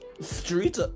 Street